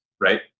right